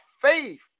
faith